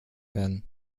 werden